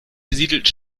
besiedelten